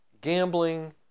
gambling